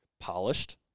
Polished